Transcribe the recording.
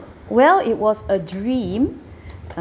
well it was a dream